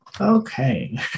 Okay